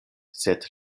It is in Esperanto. sed